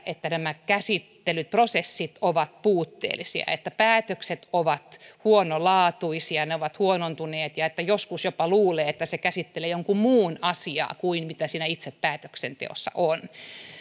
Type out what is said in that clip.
että nämä käsittelyprosessit ovat puutteellisia ja että päätökset ovat huonolaatuisia ja ne ovat huonontuneet ja että joskus jopa luulee että se käsittelee jonkun muun asiaa kuin mistä siinä itse päätöksenteossa on